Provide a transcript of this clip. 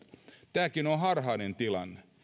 tämäkin on harhainen tilanne